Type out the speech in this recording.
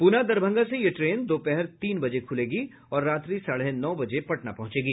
पुनः दरभंगा से यह ट्रेन दोपहर तीन बजे खुलेगी और रात्रि साढ़े नौ बजे पटना पहुंचेगी